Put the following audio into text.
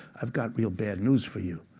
i've got real bad news for you.